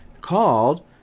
called